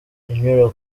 inyura